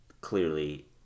clearly